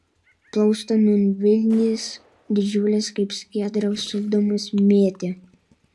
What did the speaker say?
plaustą nūn vilnys didžiulės kaip skiedrą supdamos mėtė